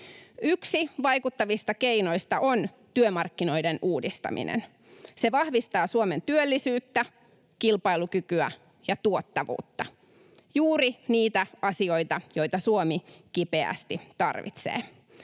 Yksi vaikuttavista keinoista on työmarkkinoiden uudistaminen. Se vahvistaa Suomen työllisyyttä, kilpailukykyä ja tuottavuutta — juuri niitä asioita, joita Suomi kipeästi tarvitsee.